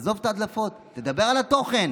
עזוב את ההדלפות, תדבר על התוכן.